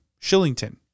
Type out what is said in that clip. Shillington